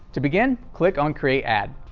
to begin, click on create ad.